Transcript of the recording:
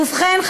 ובכן,